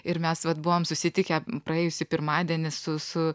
ir mes vat buvom susitikę praėjusį pirmadienį su su